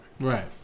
Right